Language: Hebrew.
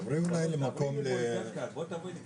גם היום הוא רואה אותנו?